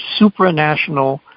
supranational